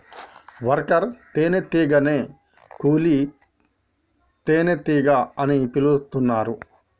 worker తేనే టీగనే కూలీ తేనెటీగ అని పిలుతున్నరు